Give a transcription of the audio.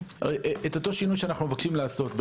את אותו שינוי שאנחנו מבקשים לעשות,